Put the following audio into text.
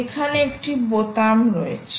এখানে একটি বোতাম রয়েছে